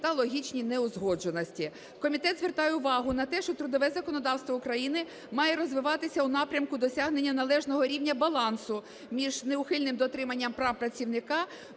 та логічні неузгодженості. Комітет звертає увагу на те, що трудове законодавство України має розвиватися у напрямку досягнення належного рівня балансу між неухильним дотриманням прав працівника,